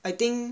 I think